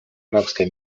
арабской